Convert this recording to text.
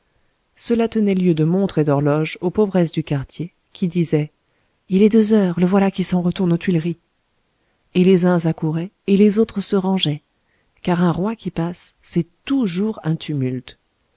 cela tenait lieu de montre et d'horloge aux pauvresses du quartier qui disaient il est deux heures le voilà qui s'en retourne aux tuileries et les uns accouraient et les autres se rangeaient car un roi qui passe c'est toujours un tumulte